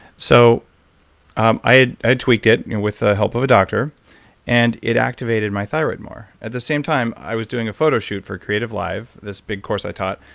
so um i i tweaked it with the help of a doctor and it activated my thyroid more. at the same time, i was doing a photo shoot for creative live, this big course i taught,